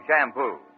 shampoo